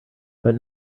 but